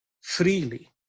freely